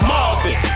Marvin